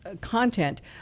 content